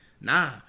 Nah